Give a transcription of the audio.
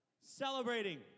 Celebrating